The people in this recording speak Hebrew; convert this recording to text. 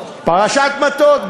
פרשת מטות.